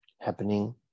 Happening